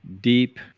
deep